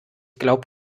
glaub